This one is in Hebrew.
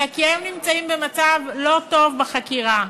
אלא כי הם נמצאים במצב לא טוב בחקירה,